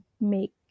make